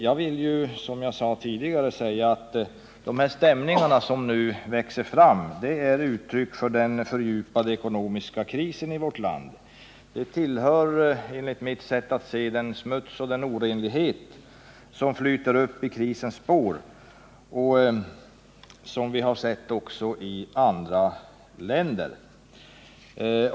Jag vill, som jag sade tidigare, betona att de stämningar som nu växer fram är uttryck för den fördjupade ekonomiska krisen i vårt land. De tillhör, enligt mitt sätt att se, den smuts och den orenlighet som flyter upp i krisens spår och som vi har sett också i andra länder.